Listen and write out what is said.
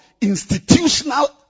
institutional